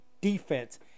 defense